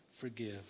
forgive